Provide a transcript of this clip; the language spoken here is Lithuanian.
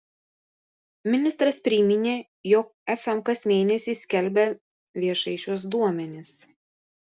ministras priminė jog fm kas mėnesį skelbia viešai šiuos duomenis